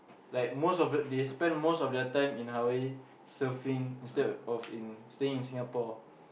like they spend most of their time surfing instead of staying in Singapore